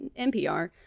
NPR